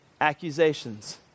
accusations